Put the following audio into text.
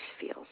feels